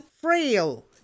frail